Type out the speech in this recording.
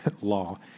law